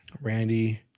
Randy